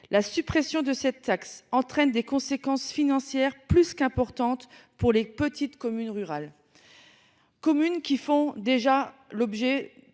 la suppression de cette taxe entraîne des conséquences financières plus qu'importante pour les petites communes rurales. Communes qui font déjà l'objet